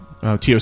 TOC